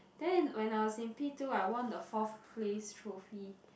then when I was in P two I won the fourth place throphy